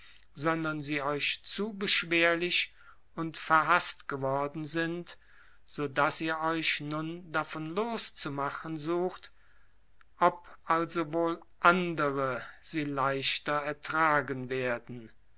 sondern sie euch zu beschwerlich und verhaßt geworden sind so daß ihr euch nun davon loszumachen sucht ob also wohl andere sie leichter ertragen werden